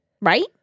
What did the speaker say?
Right